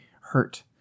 hurt